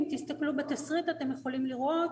אם תסתכלו בתסריט אתם יכולים לראות,